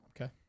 Okay